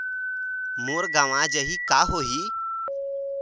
मोर गंवा जाहि का होही?